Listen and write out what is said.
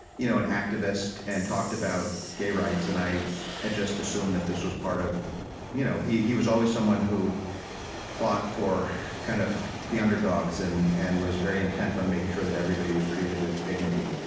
you know an activist and talked about gay rights, and i had just assumed that this was part of you know he he was always someone who fought for kind of the underdogs and and was very intent on making sure that everybody was treated with dignity.